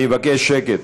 אני מבקש שקט.